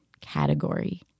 category